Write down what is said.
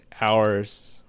hours